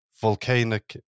volcanic